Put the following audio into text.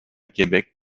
québec